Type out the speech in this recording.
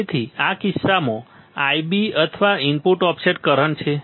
તેથી આ કિસ્સામાં Ib અથવા ઇનપુટ ઓફસેટ કરંટ છે